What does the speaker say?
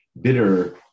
bitter